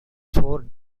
four